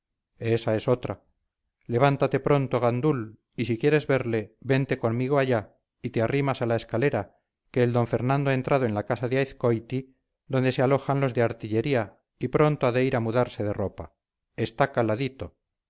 esa es otra levántate pronto gandul y si quieres verle vente conmigo allá y te arrimas a la escalera que el d fernando ha entrado en la casa de azcoiti donde se alojan los de artillería y pronto ha de ir a mudarse de ropa está caladito